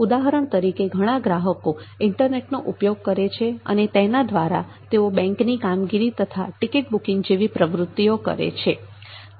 ઉદાહરણ તરીકે ઘણા ગ્રાહકો ઇન્ટરનેટનો ઉપયોગ કરે છે અને તેના દ્વારા તેઓ બેંકની કામગીરી તથા ટિકિટ બુકીંગ જેવી પ્રવૃત્તિઓ કરે છે